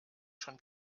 schon